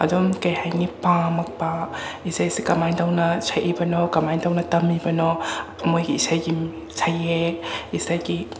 ꯑꯗꯨꯝ ꯀꯩ ꯍꯥꯏꯅꯤ ꯄꯥꯝꯃꯛꯄ ꯏꯁꯩꯁꯤ ꯀꯃꯥꯏ ꯇꯧꯅ ꯁꯛꯏꯕꯅꯣ ꯀꯃꯥꯏ ꯇꯧꯅ ꯇꯝꯃꯤꯕꯅꯣ ꯃꯣꯏꯒꯤ ꯏꯁꯩꯒꯤ ꯁꯩꯍꯦꯛ ꯏꯁꯩꯒꯤ